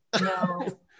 No